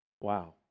Wow